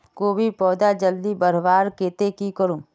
कोबीर पौधा जल्दी बढ़वार केते की करूम?